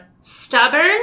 Stubborn